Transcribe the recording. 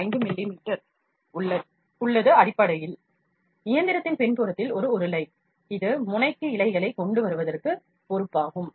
5 மிமீ உள்ளது அடிப்படையில் இயந்திரத்தின் பின்புறத்தில் ஒரு உருளை இது முனைக்கு இழைகளைக் கொண்டுவருவதற்கு பொறுப்பாகும்